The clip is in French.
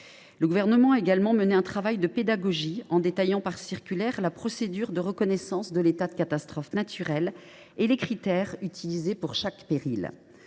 Le Gouvernement a également mené un travail de pédagogie, en détaillant par circulaire la procédure de reconnaissance de l’état de catastrophe naturelle et les critères retenus pour chaque péril.